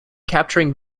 capturing